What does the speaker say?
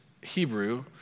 Hebrew